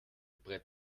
brett